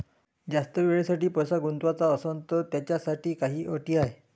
जास्त वेळेसाठी पैसा गुंतवाचा असनं त त्याच्यासाठी काही अटी हाय?